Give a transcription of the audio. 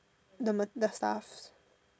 the the stuff